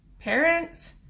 parents